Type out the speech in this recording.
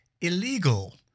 illegal